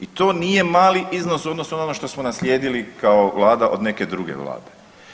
I to nije mali iznos u odnosu na ono što smo naslijedili kao vlada od neke druge vlade.